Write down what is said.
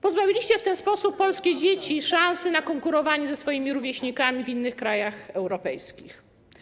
Pozbawiliście w ten sposób polskie dzieci szansy na konkurowanie z ich rówieśnikami w innych krajach europejskich.